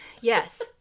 yes